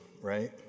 right